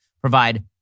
provide